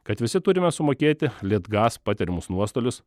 kad visi turime sumokėti litgas patiriamus nuostolius